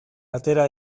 atera